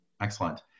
excellent